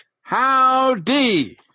Howdy